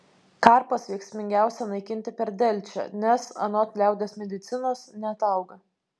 karpas veiksmingiausia naikinti per delčią nes anot liaudies medicinos neatauga